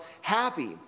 happy